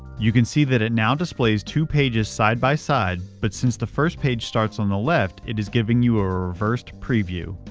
you can see that it now displays two pages side-by-side, but since the first page starts on the left, it is giving you a reversed preview.